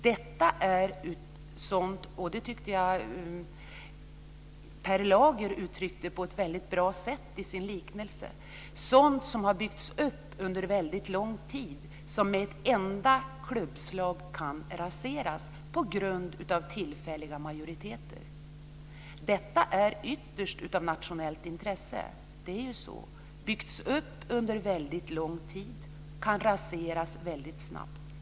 Detta är sådant - och det tyckte jag att Per Lager uttryckte på ett bra sätt i sin liknelse - som har byggts upp under lång tid och som med ett enda klubbslag kan raseras på grund av tillfälliga majoriteter. Detta är ytterst av nationellt intresse. Det är ju så. Det har byggts upp under lång tid och kan raseras snabbt.